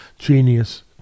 genius